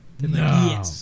no